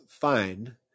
Fine